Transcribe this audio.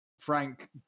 Frank